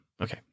Okay